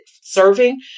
serving